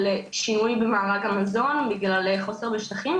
שינוי במעמד המזון בגלל חוסר בשטחים,